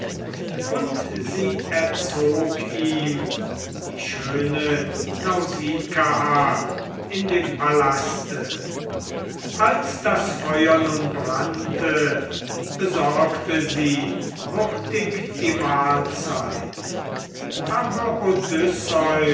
und sie erzog ihm die schöne nausikaa in dem palaste als das feuer nun brannte besorgte sie hurtig die mahlzeit aber